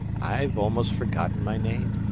i've almost forgotten my name.